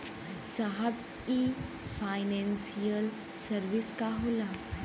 साहब इ financial service का होला?